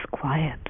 quiet